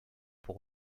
pour